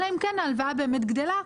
אלא אם כן ההלוואה באמת גדלה,